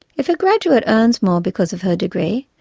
if a graduate earns more because of her degree,